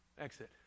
Exit